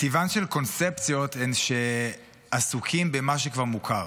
טיבן של קונספציות הן שעסוקים במה שכבר מוכר,